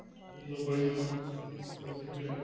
সুন্দৰ পৰিৱেশত পৰীক্ষাবিলাক